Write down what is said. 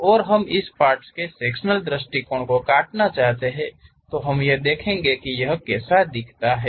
और हम इस पार्ट्स के सेक्शनल दृष्टिकोण को काटना चाहते हैं तो हम यह देखेंगे की यह कैसा दिखता है